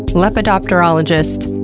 lepidopterologist,